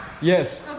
Yes